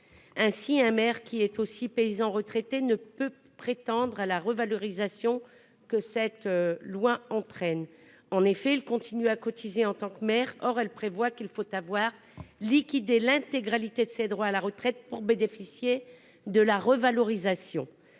Ainsi, un maire qui est aussi paysan retraité ne peut prétendre à la revalorisation que cette loi entraîne. En effet, il continue à cotiser en tant que maire, et cette loi prévoit qu'il faut avoir liquidé l'intégralité de ses droits à la retraite pour bénéficier de la revalorisation.